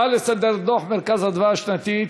נעבור להצעות לסדר-היום בנושא: דוח "מרכז אדוה" השנתי,